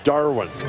Darwin